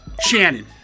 Shannon